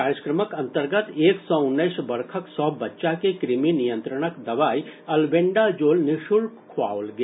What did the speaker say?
कार्यक्रमक अंतर्गत एक सॅ उन्नैस वर्षक सभ बच्चा के कृमि नियंत्रणक दवाई अलबेंडाजोल निःशुल्क खोआओल गेल